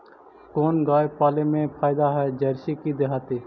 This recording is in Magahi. कोन गाय पाले मे फायदा है जरसी कि देहाती?